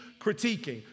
critiquing